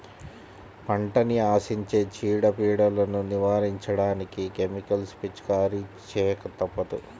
పంటని ఆశించే చీడ, పీడలను నివారించడానికి కెమికల్స్ పిచికారీ చేయక తప్పదు